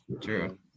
True